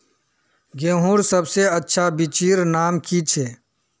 गेहूँर सबसे अच्छा बिच्चीर नाम की छे?